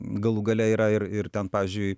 galų gale yra ir ir ten pavyzdžiui